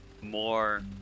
more